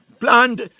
plant